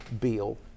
Bill